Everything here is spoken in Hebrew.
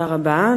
תודה רבה.